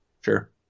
Sure